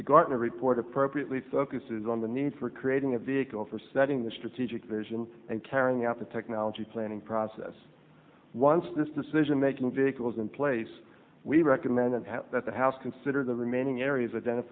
the gartner report appropriately focuses on the need for creating a vehicle for setting the strategic vision and carrying out the technology planning process once this decision making vehicles in place we recommend that the house consider the remaining areas ident